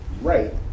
right